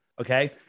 Okay